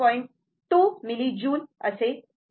2 millijoule मिळेल